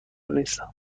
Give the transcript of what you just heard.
نیستم